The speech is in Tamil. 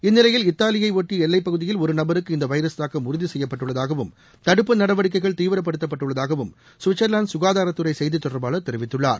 இந்நிலையில் இத்தாலியை ஒட்டி எல்லைப்பகுதியில் ஒரு நபருக்கு இந்த வைரஸ் தாக்கம் உறுதி செய்யப்பட்டுள்ளதாகவும் தடுப்பு நடவடிக்கைகள் தீவிரப்படுத்தப்பட்டுள்ளதாகவும் சுவிட்சர்லாந்து சுகாதாரத்துறை செய்தி தொடர்பாளர் தெரிவித்துள்ளார்